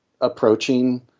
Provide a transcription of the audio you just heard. approaching